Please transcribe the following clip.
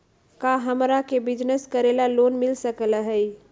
का हमरा के बिजनेस करेला लोन मिल सकलई ह?